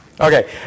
Okay